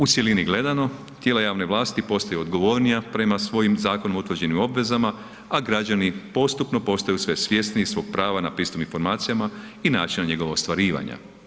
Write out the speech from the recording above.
U cjelini gledano, tijela javne vlasti postaju odgovornija prema svojim zakonom utvrđenim obvezama, a građani postupno postaju sve svjesniji svog prava na pristup informacijama i načina njegovog ostvarivanja.